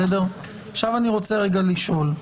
אני רוצה לשאול.